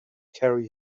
carry